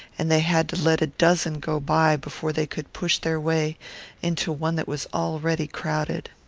and they had to let a dozen go by before they could push their way into one that was already crowded.